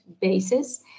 basis